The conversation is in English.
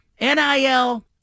NIL